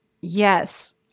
Yes